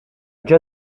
già